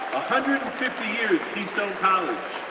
hundred and fifty years, keystone college,